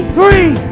three